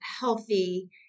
healthy